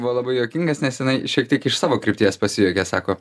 buvo labai juokingas nesenai šiek tiek iš savo krypties pasijuokė sako